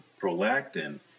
prolactin